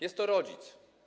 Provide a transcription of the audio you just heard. Jest to rodzic.